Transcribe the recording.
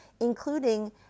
including